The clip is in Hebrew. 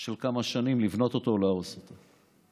של כמה שנים לבנות אותו או להרוס אותו.